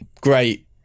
great